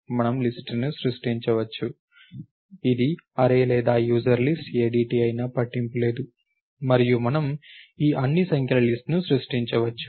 మనము లిస్ట్ ను సృష్టించవచ్చు ఇది అర్రే లేదా యూసర్ లిస్ట్ ADT అయినా పట్టింపు లేదు మరియు మనము ఈ అన్ని సంఖ్యల లిస్ట్ ను సృష్టించవచ్చు